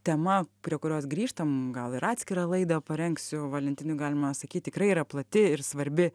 tema prie kurios grįžtam gal ir atskirą laidą parengsiu valentinui galima sakyt tikrai yra plati ir svarbi